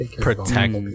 protect